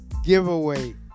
giveaway